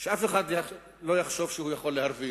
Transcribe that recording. שאף אחד לא יחשוב שהוא יכול להרוויח.